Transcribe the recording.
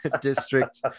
district